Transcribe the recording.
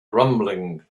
rumbling